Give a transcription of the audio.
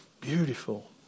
beautiful